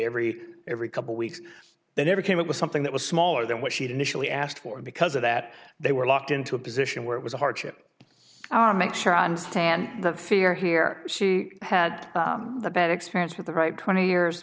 every every couple weeks they never came up with something that was smaller than what she'd initially asked for because of that they were locked into a position where it was a hardship hour make sure i understand the fear here she had the bad experience with the right twenty years